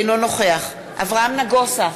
אינו נוכח אברהם נגוסה,